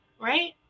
Right